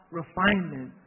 refinement